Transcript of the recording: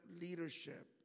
leadership